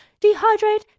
dehydrate